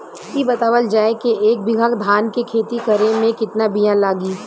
इ बतावल जाए के एक बिघा धान के खेती करेमे कितना बिया लागि?